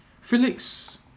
Felix